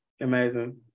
Amazing